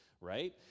right